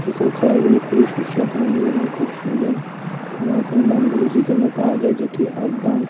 এসব খাবারগুলি খুবই সুস্বাদু মানের এবং খুব সুন্দর এবং এখানে তান্দুরি চিকেনও পাওয়া যায় যেটির হাফ দাম